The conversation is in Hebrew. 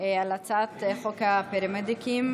על הצעת חוק הפרמדיקים,